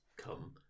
come